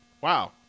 Wow